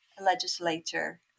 legislature